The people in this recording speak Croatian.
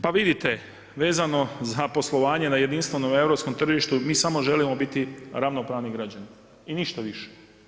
Pa vidite vezano za poslovanje na jedinstvenom europskom tržištu mi samo želimo biti ravnopravni građani i ništa više.